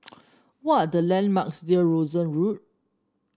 what are the landmarks near Rosyth Road